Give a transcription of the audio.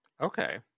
Okay